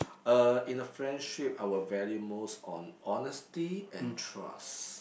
uh in a friendship I will value most on honesty and trust